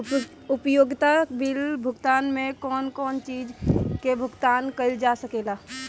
उपयोगिता बिल भुगतान में कौन कौन चीज के भुगतान कइल जा सके ला?